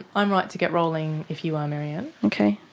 i'm right to get rolling if you are maryanne? okay,